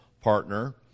partner